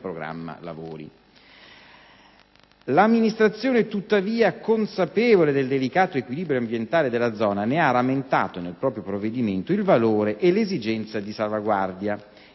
L'amministrazione tuttavia, consapevole del delicato equilibrio ambientale della zona, ne ha rammentato, nel proprio provvedimento, il valore e l'esigenza di salvaguardia.